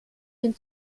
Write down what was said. den